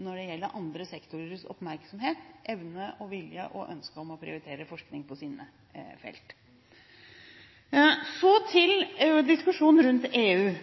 når det gjelder andre sektorers oppmerksomhet, evne og vilje til og ønske om å prioritere forskning på sine felt. Så til diskusjonen rundt EU